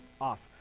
off